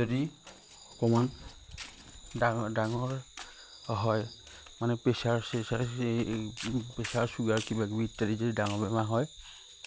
যদি অকমান ডাঙৰ ডাঙৰ হয় মানে প্ৰেছাৰ চেচাৰ প্ৰেছাৰ চুগাৰ কিবা কিবি ইত্যাদি যদি ডাঙৰ বেমাৰ হয়